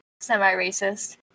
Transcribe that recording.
semi-racist